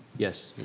yes,